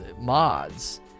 mods